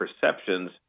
perceptions